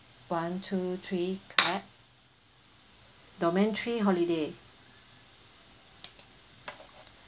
one two three clap domain three holiday